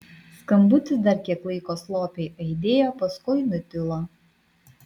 skambutis dar kiek laiko slopiai aidėjo paskui nutilo